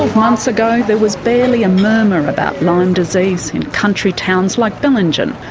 ah months ago there was barely a murmur about lyme disease in country towns like bellingen,